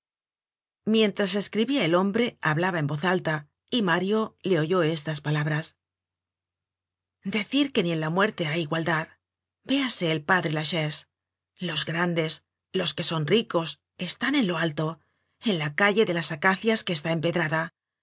mientras escribia el hombre hablaba en voz alta y mario le oyó estas palabras decir que ni en la muerte hay igualdad véase el padre lachaise los grandes los que son ricos están en lo alto en la calle de las acacias que está empedrada